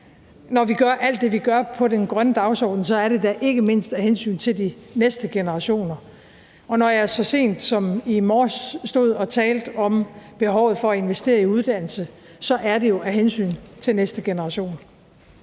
Når vi gør alt det, vi gør, på den grønne dagsorden, er det da ikke mindst af hensyn til de næste generationer, og når jeg så sent som i morges stod og talte om behovet for at investere i uddannelse, er det jo af hensyn til næste generation.